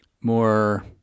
more